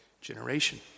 generation